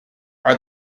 are